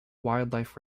wildlife